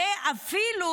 הרי אפילו